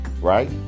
right